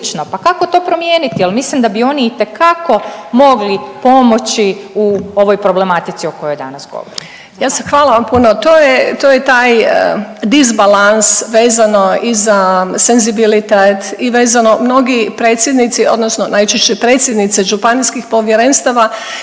Pa kako to promijeniti jer mislim da bi oni itekako mogli pomoći u ovoj problematici o kojoj danas govorimo? **Ljubičić, Višnja** ja sam, hvala vam puno, to je, to je taj disbalans vezano i za senzibilitet, i vezano, mnogi predsjednici, odnosno najčešće predsjednice županijskih povjerenstava